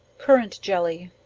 currant jelly.